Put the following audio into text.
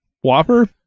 whopper